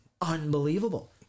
unbelievable